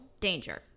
danger